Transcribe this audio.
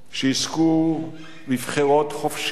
שיזכו לבחירות חופשיות,